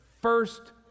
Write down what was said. First